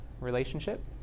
relationship